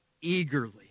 eagerly